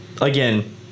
again